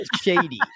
shady